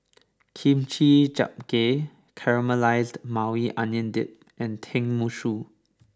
Kimchi Jjigae Caramelized Maui Onion Dip and Tenmusu